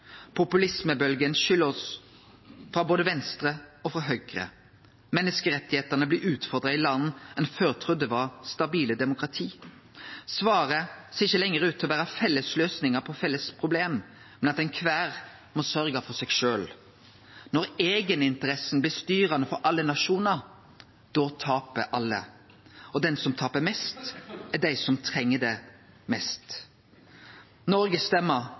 Populismebølgja skyl over oss frå både venstre og høgre. Menneskerettane blir utfordra i land ein før trudde var stabile demokrati. Svaret ser ikkje lenger ut til å vere felles løysingar på felles problem, men at kvar og ein må sørgje for seg sjølv. Når eigeninteressa blir styrande for alle nasjonar, taper alle. Og dei som taper mest – er dei som treng det mest.